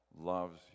loves